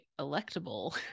electable